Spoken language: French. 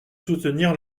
soutenir